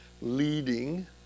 leading